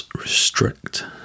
restrict